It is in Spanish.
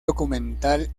documental